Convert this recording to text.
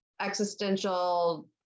existential